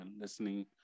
listening